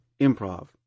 Improv